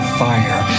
fire